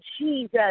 Jesus